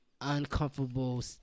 uncomfortable